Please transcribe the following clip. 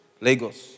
Lagos